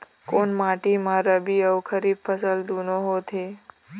कोन माटी म रबी अऊ खरीफ फसल दूनों होत हे?